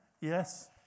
yes